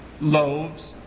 loaves